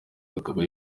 hakaba